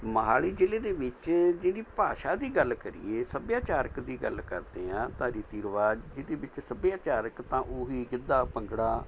ਮੋਹਾਲੀ ਜ਼ਿਲ੍ਹੇ ਦੇ ਵਿੱਚ ਜਿਹੜੀ ਭਾਸ਼ਾ ਦੀ ਗੱਲ ਕਰੀਏ ਸੱਭਿਆਚਾਰਕ ਦੀ ਗੱਲ ਕਰਦੇ ਹਾਂ ਤਾਂ ਰੀਤੀ ਰਿਵਾਜ਼ ਇਹਦੇ ਵਿੱਚ ਸੱਭਿਆਚਾਰਕ ਤਾਂ ਓਹੀ ਗਿੱਧਾ ਭੰਗੜਾ